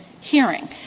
hearing